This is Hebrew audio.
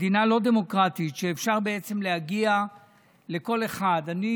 מדינה לא דמוקרטית, שאפשר בעצם להגיע לכל אחד, אני